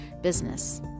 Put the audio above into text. business